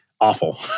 awful